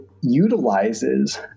utilizes